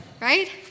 right